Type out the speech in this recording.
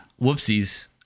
whoopsies